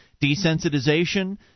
desensitization